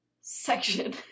section